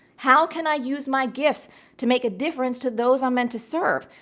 how can i use my gifts to make a difference to those i'm meant to serve?